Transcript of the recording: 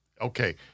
okay